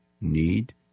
need